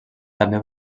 també